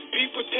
people